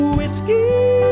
Whiskey